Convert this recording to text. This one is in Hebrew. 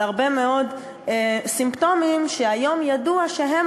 על הרבה מאוד סימפטומים שהיום ידוע שהם